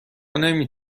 نمی